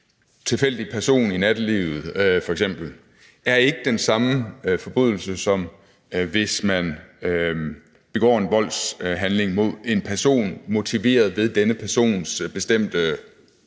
tilfældig person i nattelivet, er ikke den samme forbrydelse, som hvis man begår en voldshandling mod en person, motiveret ved denne persons bestemte